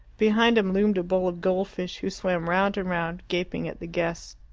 behind him loomed a bowl of goldfish, who swam round and round, gaping at the guests.